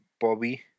Bobby